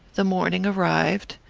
the morning arrived.